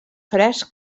frescs